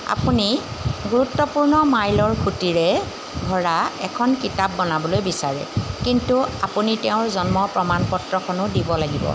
আপুনি গুৰুত্বপূৰ্ণ মাইলৰ খুঁটিৰে ভৰা এখন কিতাপ বনাবলৈ বিচাৰে কিন্তু আপুনি তেওঁৰ জন্ম প্ৰমাণপত্ৰখনো দিব লাগিব